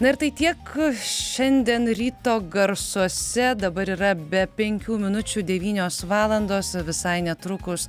na ir tai tiek šiandien ryto garsuose dabar yra be penkių minučių devynios valandos visai netrukus